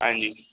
ਹਾਂਜੀ